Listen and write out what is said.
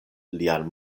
lian